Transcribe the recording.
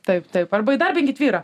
taip taip arba įdarbinkit vyrą